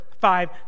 five